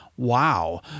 Wow